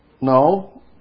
No